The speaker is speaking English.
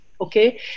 okay